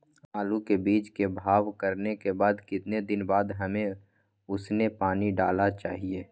आलू के बीज के भाव करने के बाद कितने दिन बाद हमें उसने पानी डाला चाहिए?